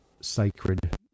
sacred